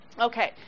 Okay